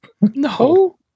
no